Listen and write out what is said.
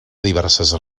diverses